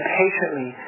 patiently